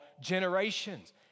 generations